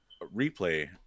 replay